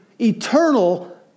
eternal